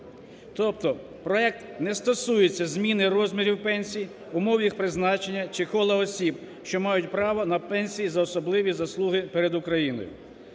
Тобто проект не стосується зміни розмірів пенсій, умов їх призначення чи коло осіб, що мають право на пенсії за особливі заслуги перед Україною.